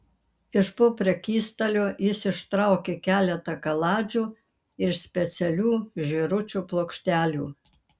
iš po prekystalio jis ištraukė keletą kaladžių ir specialių žėručio plokštelių